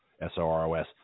S-O-R-O-S